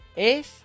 es